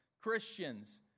Christians